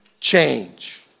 change